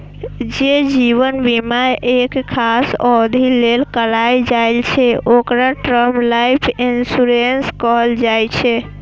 जे जीवन बीमा एक खास अवधि लेल कराएल जाइ छै, ओकरा टर्म लाइफ इंश्योरेंस कहल जाइ छै